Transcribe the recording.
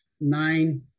nine